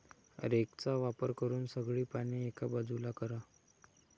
रेकचा वापर करून सगळी पाने एका बाजूला करा